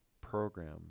program